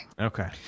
Okay